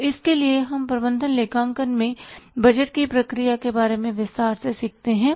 तो इसके लिए हम प्रबंधन लेखांकन में बजट की प्रक्रिया के बारे में विस्तार से सीखते हैं